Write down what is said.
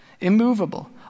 immovable